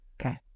Okay